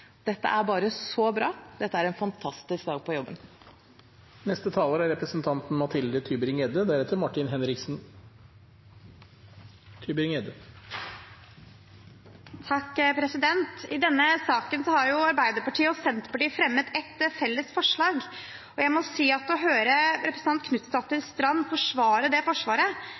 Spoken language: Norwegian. Dette er så bra – dette er en fantastisk dag på jobben. I denne saken har Arbeiderpartiet og Senterpartiet fremmet et felles forslag, og jeg må si at å høre representanten Knutsdatter Strand forsvare det